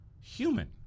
human